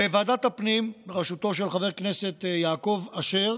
בוועדת הפנים בראשותו של חבר הכנסת יעקב אשר